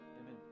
Amen